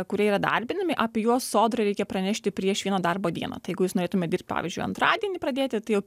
kurie yra darbinami apie juos sodrai reikia pranešti prieš vieną darbo dieną tai jeigu jūs norėtumėt dirbt pavyzdžiui antradienį pradėti tai jau